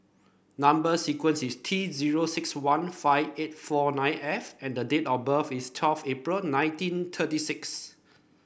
number sequence is T zero six one five eight four nine F and the date of birth is twelve April nineteen thirty six